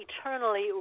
eternally